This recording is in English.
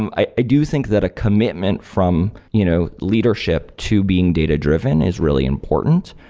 and i i do think that a commitment from you know leadership to being data-driven is really important,